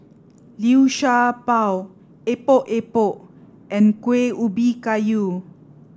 liu sha bao Epok Epok and Kueh Ubi Kayu